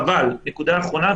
נקודה אחרונה,